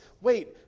wait